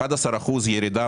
11% ירידה